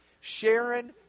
Sharon